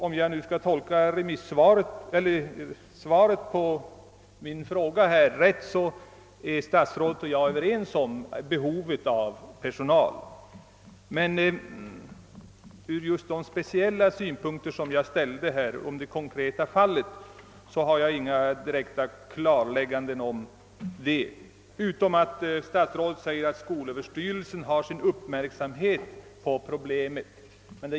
Om jag rätt tolkat interpellationssvaret, är statsrådet och jag överens om behovet av personal. Men på de konkreta frågor jag ställde beträffande det speciella fallet har jag inte fått några direkt klarläggande svar, annat än det att statsrådet säger att skolöverstyrelsen har sin uppmärksamhet riktad på problemet.